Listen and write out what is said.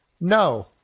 No